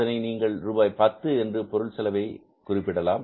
அதனை நீங்கள் ரூபாய் 10 என்று பொருள் செலவை குறிப்பிடலாம்